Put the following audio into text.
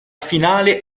finale